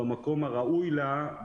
במקום הראוי לה.